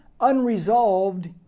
unresolved